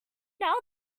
now